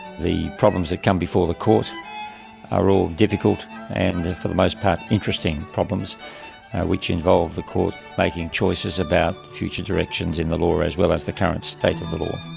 the problems that come before the court are all difficult and for the most part interesting problems which involve the court making choices about future directions in the law as well as the current state of the law.